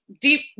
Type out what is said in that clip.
deep